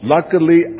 Luckily